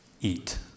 eat